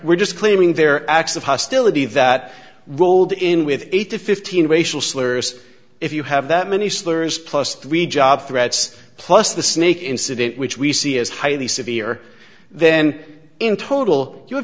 we're just claiming there are acts of hostility that rolled in with eight to fifteen racial slurs if you have that many slurs plus three job threats plus the snake incident which we see as highly severe then in total you